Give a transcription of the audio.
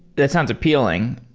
that sounds appealing.